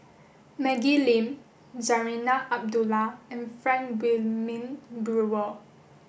Maggie Lim Zarinah Abdullah and Frank Wilmin Brewer